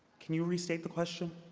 can you restate the question?